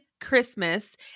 Christmas